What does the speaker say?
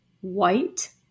white